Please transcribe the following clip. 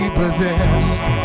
possessed